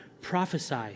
prophesy